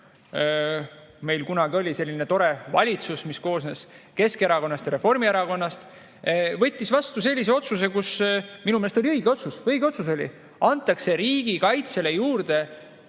meil kunagi oli selline tore valitsus, mis koosnes Keskerakonnast ja Reformierakonnast ja võttis vastu otsuse, mis minu meelest oli õige otsus – õige otsus oli! –, et antakse riigikaitsele juurde